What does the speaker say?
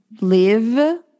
live